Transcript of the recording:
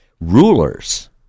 rulers